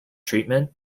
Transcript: treatment